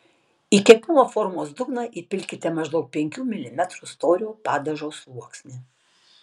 į kepimo formos dugną įpilkite maždaug penkių milimetrų storio padažo sluoksnį